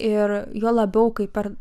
ir juo labiau kaip ir